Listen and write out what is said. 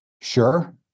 sure